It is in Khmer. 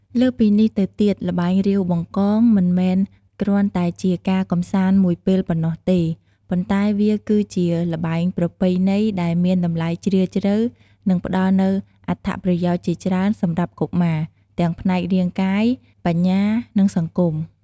លើសពីនេះទៅទៀតល្បែងរាវបង្កង មិនមែនគ្រាន់តែជាការកម្សាន្តមួយពេលប៉ុណ្ណោះទេ ប៉ុន្តែវាគឺជាល្បែងប្រពៃណីដែលមានតម្លៃជ្រាលជ្រៅ និងផ្តល់នូវអត្ថប្រយោជន៍ជាច្រើនសម្រាប់កុមារ ទាំងផ្នែករាងកាយ បញ្ញា និងសង្គម។